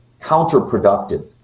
counterproductive